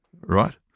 Right